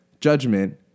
judgment